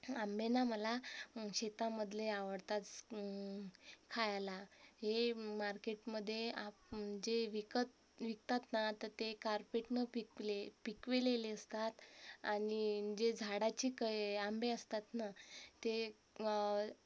आंबे ना मला शेतामधले आवडतात खायला हे मार्केटमध्ये आप् जे विकत विकतात ना तर ते कार्पेटनं पिकले पिकविलेले असतात आणि जे झाडाचे कै आंबे असतात ना ते